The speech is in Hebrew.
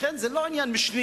לכן זה לא עניין משני,